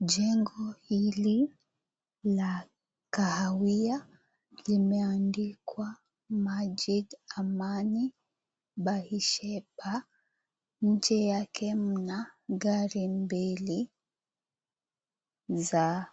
Jengo hili la kahawia limeandikwa Masjid Amani. Baisha pale. Nje yake mna gari mbili za